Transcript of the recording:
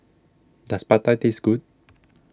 does Pada taste good